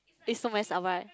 is for my